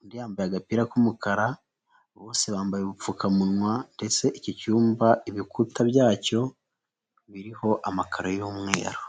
undi yambaye agapira k'umukara bose bambaye ubupfukamunwa ndetse icyo cyumba ibikuta byacyo biriho amakaro y'umweru.